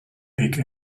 big